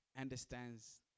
understands